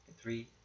Three